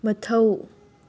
ꯃꯊꯧ